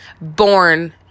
born